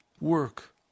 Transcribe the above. work